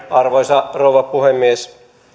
arvoisa rouva puhemies